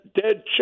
dead